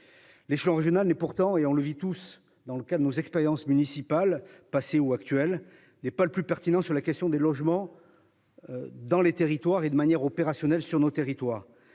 L'échelon régional n'est pourtant et on le vit tous dans le cas de nos expériences municipales passées ou actuelles n'est pas le plus pertinent sur la question des logements. Dans les territoires et de manière opérationnelle sur nos territoires,